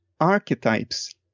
archetypes